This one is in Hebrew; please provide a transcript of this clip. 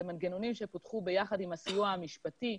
זה מנגנונים שפותחו ביחד עם הסיוע המשפטי.